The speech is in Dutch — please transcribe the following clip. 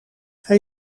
hij